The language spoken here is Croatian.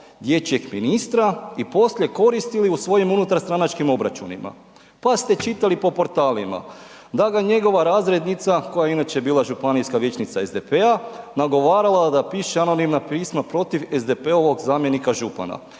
dječjeg ministra i poslije koristili u svojim unutarstranačkim obračunima. Pa ste čitali po portalima, da ga njegova razrednica, koja je inače bila županijska vijećnica SDP-a nagovarala da piše anonimna pisma protiv SDP-ovog zamjenika župana,